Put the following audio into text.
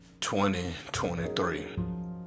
2023